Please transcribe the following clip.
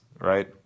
right